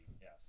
Yes